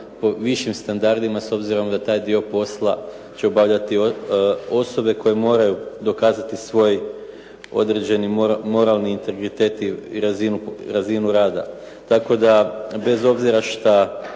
sa višim standardima s obzirom da taj dio posla će obavljati osobe koje moraju dokazati svoj određeni moralni integritet i razinu rada. Tako da bez obzira šta